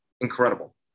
incredible